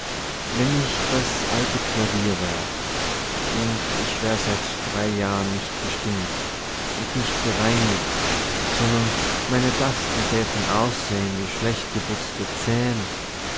wenn ich das alte klavier wär und ich wär seit drei jahren nicht gestimmt und nicht gereinigt sondern meine tasten täten aussehen wie schlecht geputzte zähn